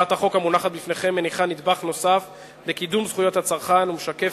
הצעת החוק המונחת בפניכם מניחה נדבך נוסף בקידום זכויות הצרכן ומשקפת,